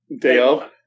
Dale